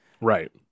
Right